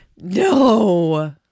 No